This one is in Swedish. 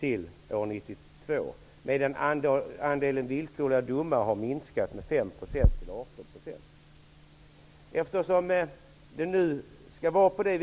till 1992. Medan andelen villkorliga domar har minskat med 5 % till 18 %.